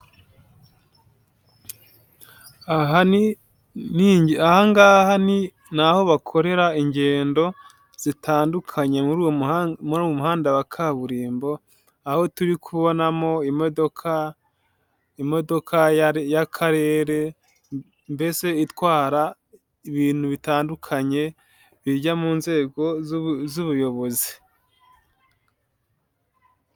Aha ni ahangaha ni nahoho bakorera ingendo zitandukanye muri uyu umuhanda wa kaburimbo aho turi kubonamo imodoka imodoka y'akarere mbese itwara ibintu bitandukanye bijya mu nzego z'ubuyobozi,